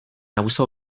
auzo